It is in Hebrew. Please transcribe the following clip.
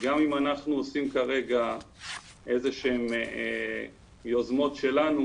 גם אם אנחנו עושים כרגע איזה שהן יוזמות שלנו,